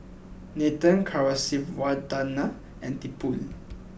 Nathan Kasiviswanathan and Tipu